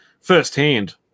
firsthand